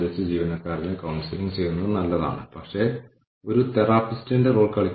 അതിനാൽ തീരുമാനമെടുക്കൽ പ്രക്രിയയിൽ ജീവനക്കാരൻ എത്രമാത്രം ഓർഗനൈസേഷനിൽ ഉൾപ്പെട്ടിരിക്കുന്നു